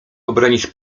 obronić